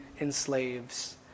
enslaves